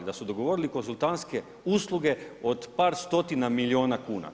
Da su dogovorili konzultantske usluge od par stotina milijuna kuna.